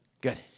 Good